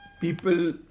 people